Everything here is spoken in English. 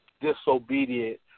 disobedient